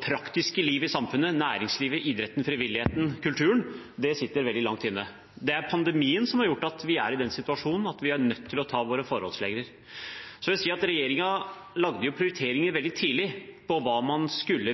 praktiske livet i samfunnet – næringslivet, idretten, frivilligheten og kulturen. Det er pandemien som har gjort at vi er i den situasjonen at vi er nødt til å ta våre forholdsregler. Regjeringen lagde veldig tidlig